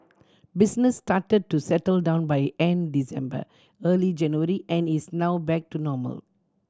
business started to settle down by end December early January and is now back to normal